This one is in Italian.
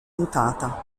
mutata